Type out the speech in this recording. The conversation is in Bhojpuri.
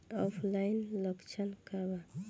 ऑफलाइनके लक्षण क वा?